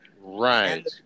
Right